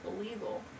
illegal